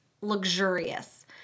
luxurious